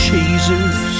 Jesus